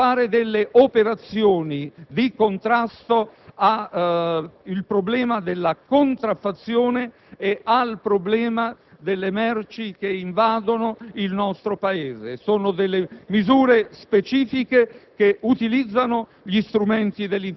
e della Guardia di finanza per svolgere operazioni di contrasto al problema della contraffazione e a quello delle merci che invadono il nostro Paese. Si tratta di misure specifiche